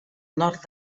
nord